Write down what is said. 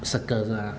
是这个是吗